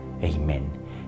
Amen